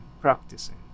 practicing